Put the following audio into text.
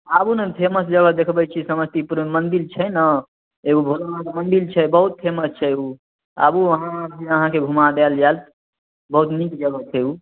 आबु ने फेमस जगह देखबै छी समस्तीपुरमे मन्दिर छै ने एगो भोलोनाथ मन्दिर छै बहुत फेमस छै ओ आबु आहाँ आहाँके घुमा देल जायत बहुत नीक जगह छै ओ